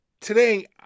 Today